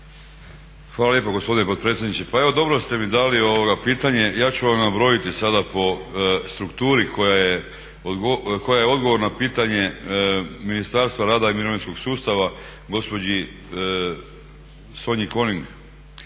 Hvala lijepa gospodine potpredsjedniče. Pa evo dobro ste mi dali pitanje. Ja ću vam nabrojiti sada po strukturi koja je odgovor na pitanje Ministarstva rada i mirovinskog sustava gospođi Sonji Konig